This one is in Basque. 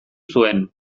zuen